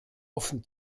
offen